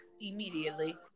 immediately